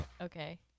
Okay